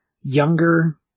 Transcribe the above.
younger